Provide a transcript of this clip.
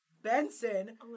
Benson